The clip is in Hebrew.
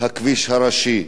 הכביש הראשי.